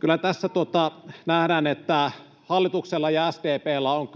Kyllä tässä nähdään, että hallituksella ja SDP:llä on